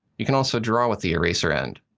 you can also draw with the eraser end.